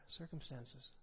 circumstances